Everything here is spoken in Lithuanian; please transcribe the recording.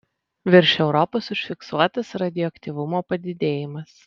virš europos užfiksuotas radioaktyvumo padidėjimas